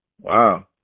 Wow